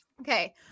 Okay